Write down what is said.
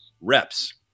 Reps